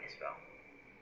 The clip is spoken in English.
as well